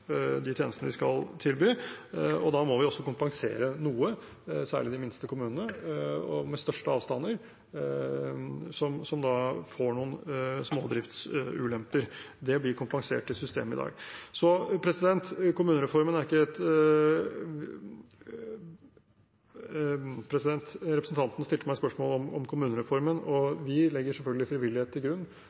de tjenestene de skal tilby. Da må vi også kompensere noe, særlig de minste kommunene med størst avstander som får noen smådriftsulemper. Det blir kompensert i systemet i dag. Representanten stilte meg spørsmål om kommunereformen, og vi legger selvfølgelig frivillighet til grunn,